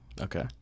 Okay